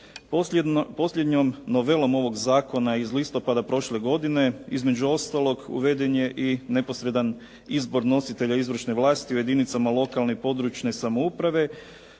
Posljednjom novelom ovog zakona iz listopada prošle godine između ostalog uveden je i neposredan izbor nositelja izvršne vlasti u jedinicama lokalne i područne samouprave